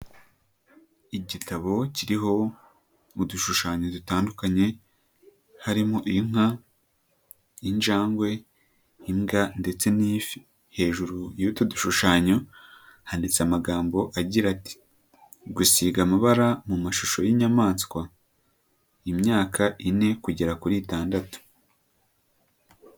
Igitabo kiriho udushushanyo dutandukanye harimo inka, injangwe, imbwa ndetse n'ifi, hejuru y'utu dushushanyo handitse amagambo agira ati "gusiga amabara mu mashusho y'inyamaswa, imyaka ine kugera kuri itandatu."